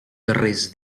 darrers